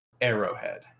Arrowhead